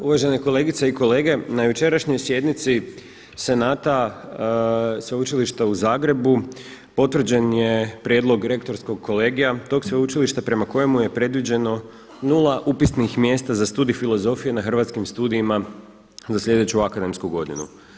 Uvažene kolegice i kolege, na jučerašnjoj sjednici Senata Sveučilišta u Zagrebu potvrđen je prijedlog rektorskog kolegija tog Sveučilišta prema kojemu je predviđeno nula upisnih mjesta za studij filozofije na hrvatskim studijima za sljedeću akademsku godinu.